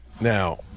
Now